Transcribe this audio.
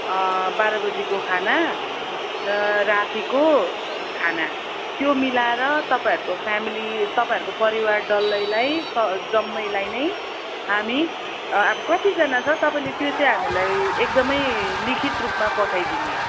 बाह्र बजीको खाना रातिको खाना त्यो मिलाएर तपाईँहरूको फ्यामिली तपाईँहरूको परिवार डल्लैलाई जम्मैलाई नै हामी अब कतिजना छ तपाईँले त्यो चाहिँ हामीलाई एकदम लिखित रूपमा पठाइदिनु होस्